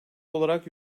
olarak